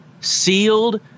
sealed